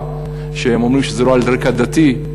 הם אומרים שזה לא על רקע דתי.